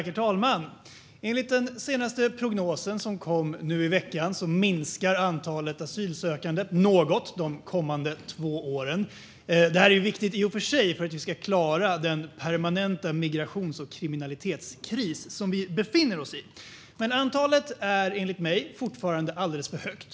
Herr talman! Enligt den senaste prognosen, som kom nu i veckan, minskar antalet asylsökande något de kommande två åren. Det är i och för sig viktigt för att vi ska klara den permanenta migrations och kriminalitetskris vi befinner oss i. Enligt mig är dock antalet fortfarande alldeles för stort.